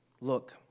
Look